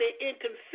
inconsistent